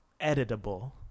editable